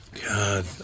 God